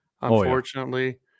unfortunately